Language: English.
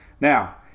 Now